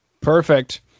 perfect